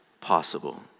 possible